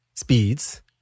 Speeds